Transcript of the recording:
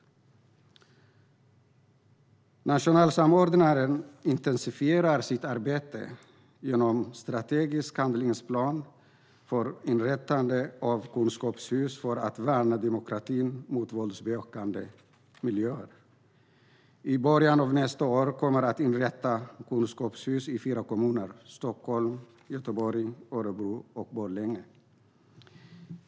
Den nationella samordnaren intensifierar sitt arbete genom en strategisk handlingsplan med inrättande av kunskapshus för att värna demokratin mot våldsbejakande miljöer. I början av nästa år kommer det att inrättas kunskapshus i fyra kommuner: Stockholm, Göteborg, Örebro och Borlänge.